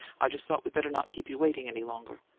i just thought we better not keep you waiting any longer.